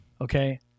Okay